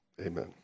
amen